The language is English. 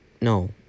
no